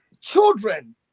children